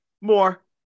More